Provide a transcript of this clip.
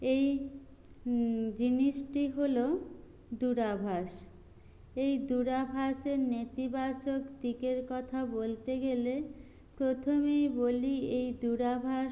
এই জিনিসটি হলো দূরভাষ এই দূরভাষের নেতিবাচক দিকের কথা বলতে গেলে প্রথমেই বলি এই দূরভাষ